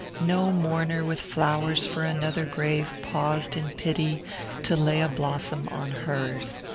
no mourner with flowers for another grave paused in pity to lay a blossom on hers.